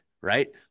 Right